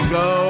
go